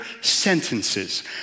sentences